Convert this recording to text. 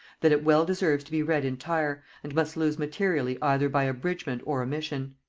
that it well deserves to be read entire, and must lose materially either by abridgement or omission.